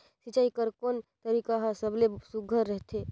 सिंचाई कर कोन तरीका हर सबले सुघ्घर रथे?